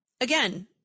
again